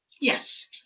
Yes